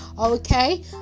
okay